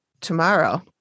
tomorrow